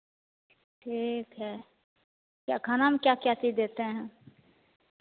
ठीक हैं क्या खाना में क्या क्या चीज़ देते हैं